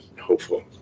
hopeful